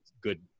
good